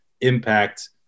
impact